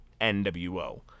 NWO